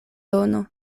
dono